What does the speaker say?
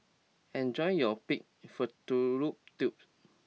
enjoy your Pig Fallopian Tubes